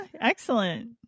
Excellent